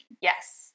Yes